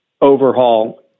overhaul